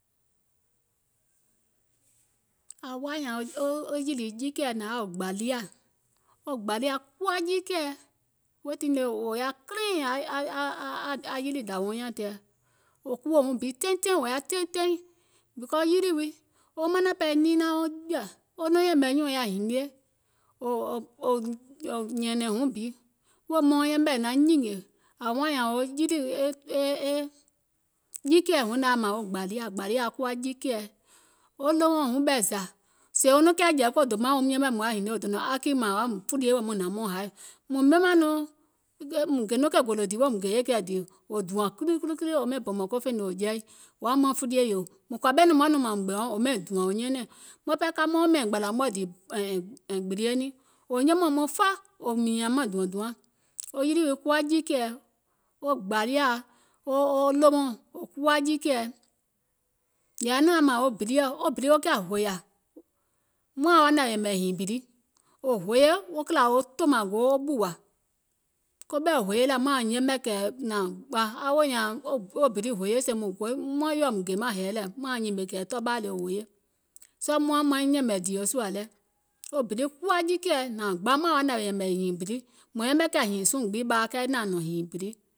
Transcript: ȧŋ woȧ nyȧȧŋ yilì kuwa jiikɛ̀ɛ nȧŋ yaȧ wo gbȧliȧ, wo gbȧliȧ kuwa jiikɛ̀ɛ, weè tiŋ ne wò yaȧ clean a yilì dȧwiuŋ nyȧŋ tɛɛ, wò kuwo wuŋ bi teiŋ teiŋ wò yaȧ teiŋ teiŋ, because yilì wii wo manȧŋ ɓɛɛ ninaŋ youŋ jìȧ, wo nɔŋ yɛ̀mɛ̀ nyùùŋ yaȧ hinie wò nyɛ̀ɛ̀nɛ̀ŋ wuŋ bi, wèè mauŋ yɛmɛ̀ è naŋ nyìngè, gbȧliȧ kuwa jiikɛ̀ɛ, wo ɗòwouɔ̀ŋ wuŋ ɓɛɛ zȧ sèè wo nɔŋ jɛ̀ì kiȧ ko dòmaìŋ wòum yɛmè mùŋ yaȧ hinie wò dònȧŋ akì mȧȧŋ wò yaȧùm fulie wèè maŋ hnȧŋ maŋ haì, mùŋ gè nɔŋ gòlò dìì wèè muŋ gè yɛ̀kɛɛ̀ dìì wò dùȧŋ wò ɓɛìŋ bɔ̀mɔ̀ŋ fènòo wò jɛi wò yaȧùm maȧŋ fulie yò, mùŋ kɔ̀ȧ ɓɛìŋ nɔŋ mùŋ woȧ nɔŋ mȧȧŋ muŋ gbɛ̀ɛ̀uŋ wò ɓɛìŋ dùȧŋ wò nyɛɛnɛ̀ŋ, maŋ ɓɛɛ ka mauŋ mɛ̀ɛ̀ŋ gbȧlȧ mɔ̀ɛ̀ dìì gbilie niŋ, wò yɛmɛ̀ùm nɔŋ fa wò mììȧŋ maŋ dùȧŋ duaŋ, wo yilì wii kuwa jiikɛ̀ɛ wo gbȧliȧa, wo ɗòwouɔ̀ŋ, aŋ kuwa jiikɛ̀ɛ, yɛ̀ì nɔŋ yaȧ wo biliɔ̀, wo bili wo kiȧ hòyȧ, maȧŋ wa nȧwèè yɛ̀mɛ̀ hììŋ bili, wò hoye e kìlȧ wo tòmȧŋ goo wo ɓùwȧ, koɓɛ̀i hoye lɛ̀ maȧŋ yɛmɛ̀ kɛ̀ nȧȧŋ gbȧ aŋ naȧŋ woò nyȧȧŋ bili hoye maȧŋ nyìmè kɛ̀ tɔɔɓaa le bili hoye, sɔɔ̀ muȧŋ maiŋ yɛ̀mɛ̀ dìòsùȧ lɛ, wo bili kuwa jiikɛ̀ɛ, nȧȧŋ gbȧŋ maȧŋ wa nȧwèè yɛ̀mɛ̀ hììŋ bili, mùŋ yɛmɛ̀ kiȧ hììŋ suùùŋ kɛɛ naȧŋ nɔ̀ŋ hììŋ bili,